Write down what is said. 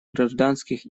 гражданских